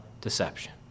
deception